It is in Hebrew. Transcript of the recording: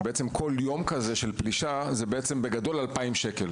שכל יום כזה של פלישה עולה 2,000 שקלים.